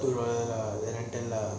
two dollar retal ah